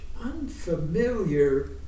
unfamiliar